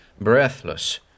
breathless